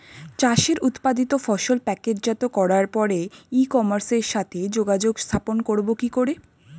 চাষের উৎপাদিত ফসল প্যাকেটজাত করার পরে ই কমার্সের সাথে যোগাযোগ স্থাপন করব কি করে?